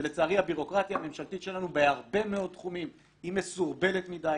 ולצערי הבירוקרטיה הממשלתית שלנו בהרבה מאוד תחומים היא מסורבלת מדי